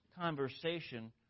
conversation